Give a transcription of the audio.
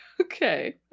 Okay